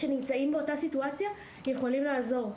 שנמצאים באותה סיטואציה יכולים לעזור.